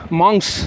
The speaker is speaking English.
monks